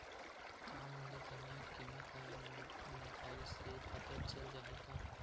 का मोला धनिया किमत ह मुबाइल से पता चल जाही का?